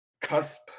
Cusp